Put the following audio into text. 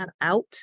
out